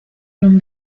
non